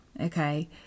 okay